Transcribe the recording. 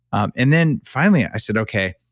um and then, finally, i said, okay,